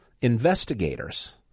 investigators